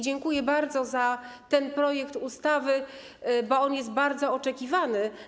Dziękuję bardzo za ten projekt ustawy, bo on jest bardzo oczekiwany.